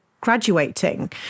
graduating